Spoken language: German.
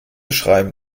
schreiben